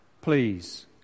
please